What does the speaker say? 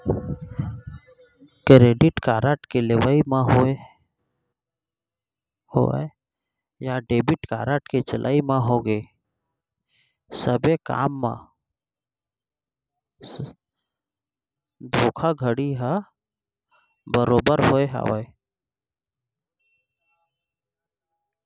credit card के लेवई म होवय या डेबिट कारड के चलई म होगे सबे काम मन म धोखाघड़ी ह बरोबर होय बर धरे हावय